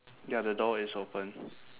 ya the door is open